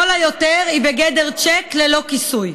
לכל היותר היא בגדר צ'ק ללא כיסוי,